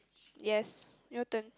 yes your turn